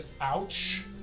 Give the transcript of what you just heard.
ouch